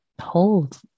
hold